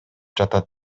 жатат